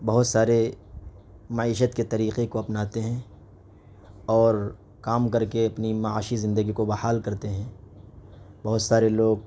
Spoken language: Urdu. بہت سارے معیشت کے طریقے کو اپناتے ہیں اور کام کر کے اپنی معاشی زندگی کو بحال کرتے ہیں بہت سارے لوگ